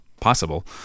possible